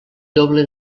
doble